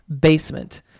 basement